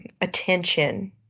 attention